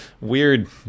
weird